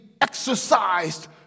exercised